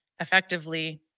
effectively